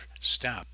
step